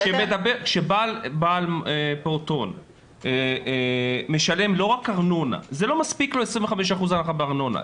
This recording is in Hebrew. כשבעל פעוטון משלם לא רק ארנונה לא מספיק לו 25% הנחה בארנונה.